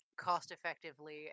cost-effectively